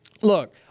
Look